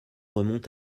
remontent